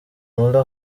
mula